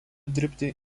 dirbti